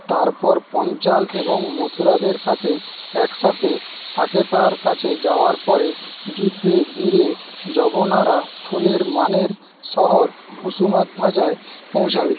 তারপর পঞ্চাল এবং মথুরাদের সাথে একসাথে সাকেতার কাছে যাওয়ার পরে যুদ্ধে বীরে যবনরা ফুলের মানের শহর কুসুমধ্বজায় পৌঁছাবে